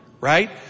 right